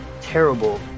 Terrible